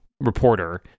reporter